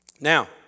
Now